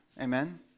Amen